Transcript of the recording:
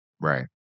Right